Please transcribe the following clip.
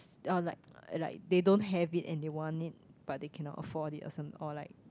or like like they don't have it and they want it but they cannot afford it or some or like